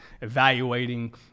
evaluating